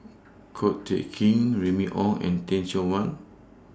Ko Teck Kin Remy Ong and Teh Cheang Wan